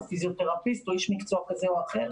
או פיזיותרפיסט או איש מקצוע כזה או אחר.